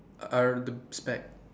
spec